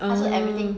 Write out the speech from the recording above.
um